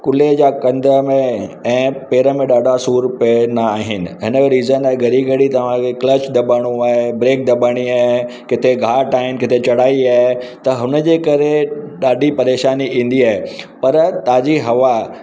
कुले जा कंद में ऐं पेर में ॾाढा सूर पवंदा आहिनि हिन जो रीज़न आहे घड़ी घड़ी तव्हांखे क्लच दॿाइणो आहे ब्रेक दॿाइणी आहे किथे घाट आहिनि किथे चढ़ाई ए त हुनजे करे ॾाढी परेशानी ईंदी आहे पर ताज़ी हवा